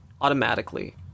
automatically